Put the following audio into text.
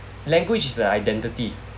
language is the identity